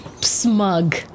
smug